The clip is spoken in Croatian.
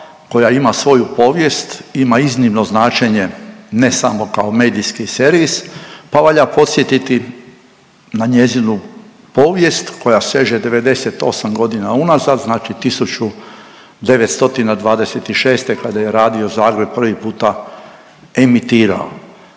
koja ima svoju povijest, ima iznimno značenje ne samo kao medijski servis pa valja podsjetiti na njezinu povijest koja seže 98 godina unazad znači 1926. kada je Radio Zagreb prvi puta emitirao,